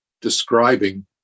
describing